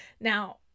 now